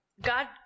God